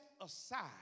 aside